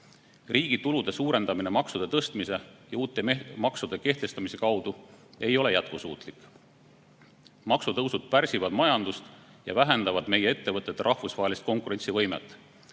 tulude suurendamine maksude tõstmise ja uute maksude kehtestamise kaudu ei ole jätkusuutlik. Maksutõusud pärsivad majandust ja vähendavad meie ettevõtete rahvusvahelist konkurentsivõimet.